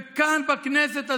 וכאן, בכנסת הזאת,